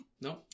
No